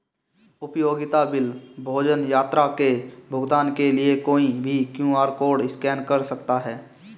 उपयोगिता बिल, भोजन, यात्रा के भुगतान के लिए कोई भी क्यू.आर कोड स्कैन कर सकता है